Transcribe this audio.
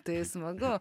tai smagu